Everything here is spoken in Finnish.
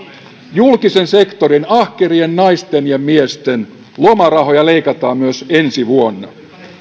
julkisen sektorin ahkerien naisten ja miesten lomarahoja leikataan myös ensi vuonna